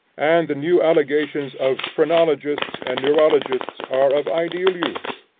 and the new allegations of phrenologists and neurologists, are of ideal use.